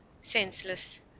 senseless